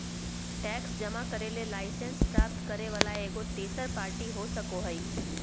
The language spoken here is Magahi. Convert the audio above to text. टैक्स जमा करे ले लाइसेंस प्राप्त करे वला एगो तेसर पार्टी हो सको हइ